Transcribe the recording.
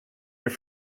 your